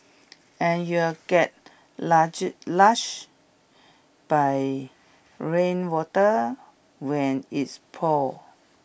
and you'll get large lashed by rainwater when its pours